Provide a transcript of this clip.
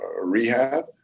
rehab